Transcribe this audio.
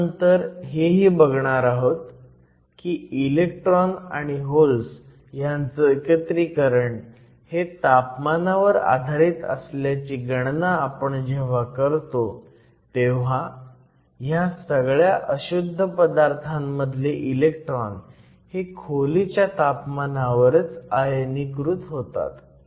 आपण नंतर हेही बघणार आहोत की इलेक्ट्रॉन आणि होल्स ह्यांच एकत्रीकरण हे तापमानावर आधारित असल्याची गणना आपण जेव्हा करतो तेव्हा हया सगळ्या अशुद्ध पदार्थांमधले एलेक्ट्रॉन हे खोलीच्या तापमानावरच आयनीकृत होतात